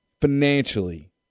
financially